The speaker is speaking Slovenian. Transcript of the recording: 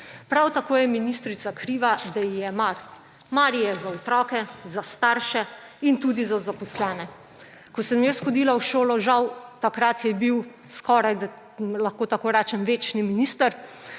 Prav tako je ministrica kriva, da ji je mar. Mar ji je za otroke, za starše in tudi za zaposlene. Ko sem jaz hodila v šolo, žal, takrat je bil skorajda, lahko tako rečem, večni minister,